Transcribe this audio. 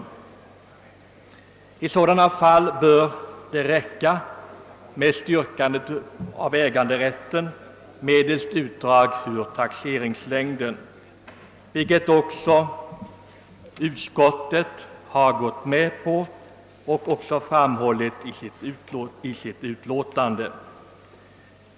I sådana fall bör äganderätten kunna styrkas medelst utdrag ur taxeringslängden, vilket utskottet även i sitt utlåtande vitsordat.